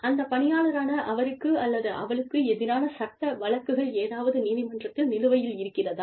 அந்த பணியாளரான அவருக்கு அல்லது அவளுக்கு எதிரான சட்ட வழக்குகள் ஏதாவது நீதிமன்றத்தில் நிலுவையில் இருக்கிறதா